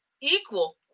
equal